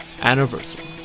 anniversary